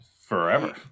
forever